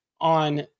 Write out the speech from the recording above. on